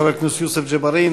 חבר הכנסת יוסף ג'בארין,